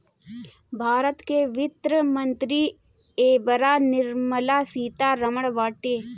भारत के वित्त मंत्री एबेरा निर्मला सीता रमण बाटी